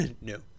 No